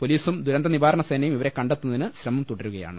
പൊലീസും ദുരന്തനിവാരണ സേനയും ഇവരെ കണ്ടെത്തുന്നതിന് ശ്രമം തുടരുകയാണ്